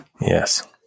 Yes